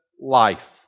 life